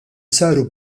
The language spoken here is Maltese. saru